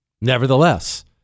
Nevertheless